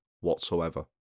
whatsoever